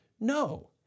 No